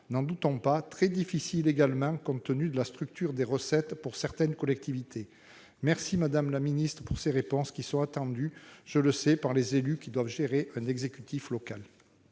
n'en doutons pas, très difficile également compte tenu de la structure des recettes pour certaines collectivités ? Madame la ministre, je vous remercie de vos réponses, attendues, je le sais, par les élus qui doivent gérer un exécutif local.